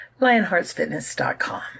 lionheartsfitness.com